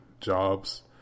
jobs